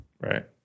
right